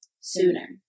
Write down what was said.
sooner